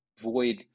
avoid